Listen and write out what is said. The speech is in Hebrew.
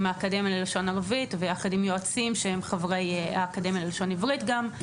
האקדמיה ללשון ערבית ויחד עם יועצים שהם חברים באקדמיה ללשון עברית גם.